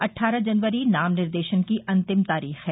अट्ठारह जनवरी नाम निर्देशन की अंतिम तारीख है